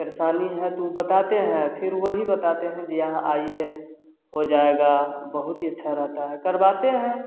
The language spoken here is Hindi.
परेशानी है तो उ बताते हैं फ़िर वही बताते हैं जी यहाँ आइए हो जाएगा बहुत ही अच्छा रहता है करवाते हैं